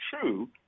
true